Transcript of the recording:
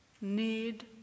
need